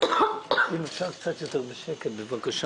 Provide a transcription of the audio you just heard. בבקשה.